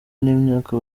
n’imyaka